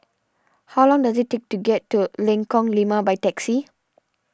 how long does it take to get to Lengkong Lima by taxi